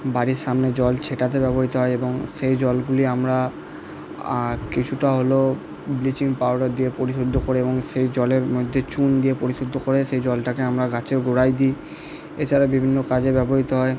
বাড়ির সামনে জল ছেটাতে ব্যবহৃত হয় এবং সেই জলগুলি আমরা কিছুটা হলেও ব্লিচিং পাউডার দিয়ে পরিশুদ্ধ করে এবং সেই জলের মধ্যে চুন দিয়ে পরিশুদ্ধ করে সেই জলটাকে আমরা গাছের গোড়ায় দিই এছাড়া বিভিন্ন কাজে ব্যবহৃত হয়